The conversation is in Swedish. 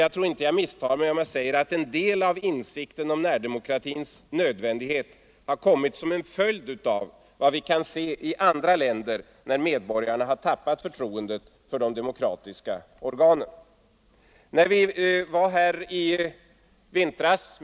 Jag tror inte jag misstar mig om jag säger att en del av insikten om närdemokratins nödvändighet är en följd av vad som hänt i andra länder, där medborgarna har tappat förtroendet för de demokratiska organen.